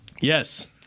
yes